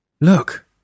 Look